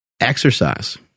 exercise